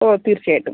ഓ തീർച്ചയായിട്ടും